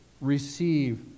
receive